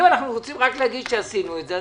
אם אנחנו רוצים לומר רק שעשינו את זה,